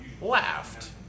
laughed